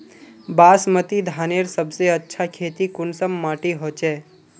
बासमती धानेर सबसे अच्छा खेती कुंसम माटी होचए?